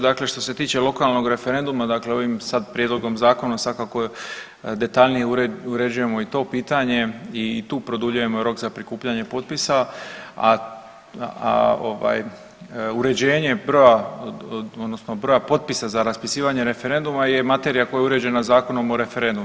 Dakle, što se tiče lokalnog referenduma, dakle ovim sad prijedlogom zakona, sad kako detaljnije uređujemo i to pitanje i tu produljujemo rok za prikupljanje potpisa, a ovaj uređenje broja odnosno broja potpisa za raspisivanje referenduma je materija koja je uređena Zakonom o referendumu.